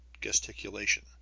gesticulation